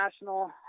National